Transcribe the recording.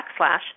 backslash